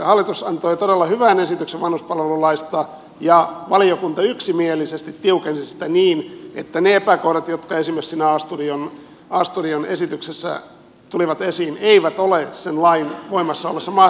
hallitus antoi todella hyvän esityksen vanhuspalvelulaista ja valiokunta yksimielisesti tiukensi sitä niin että ne epäkohdat jotka esimerkiksi siinä a studion esityksessä tulivat esiin eivät ole sen lain voimassa ollessa mahdollisia